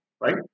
right